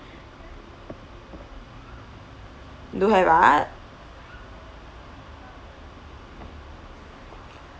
don't have ah